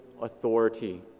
authority